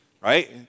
Right